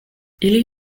ili